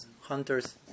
hunter's